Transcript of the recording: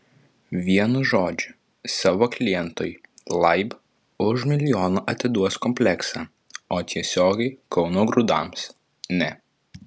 vienu žodžiu savo klientui laib už milijoną atiduos kompleksą o tiesiogiai kauno grūdams ne